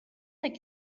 like